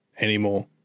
anymore